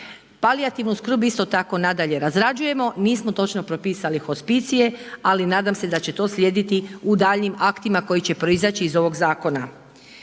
Palijativnu skrb isto tako nadalje razrađujemo, nismo točno propisali hospicije, ali nadam se da će to slijediti u daljnjim aktima koji će proizaći iz ovog zakona.